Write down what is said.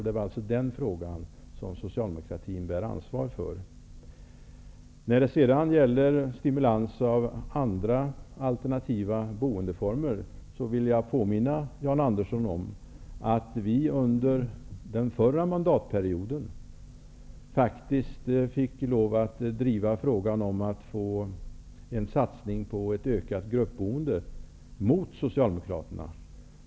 Det var en fråga som socialdemokratin bar ansvar för. När det sedan gäller stimulans av andra alternativa boendeformer vill jag påminna Jan Andersson om, att vi under den förra mandatperioden faktiskt mot Socialdemokraterna fick driva frågan om att få en satsning på ett ökat gruppboende.